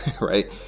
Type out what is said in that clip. right